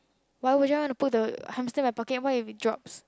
why would you want to put the hamster in my pocket what if it drops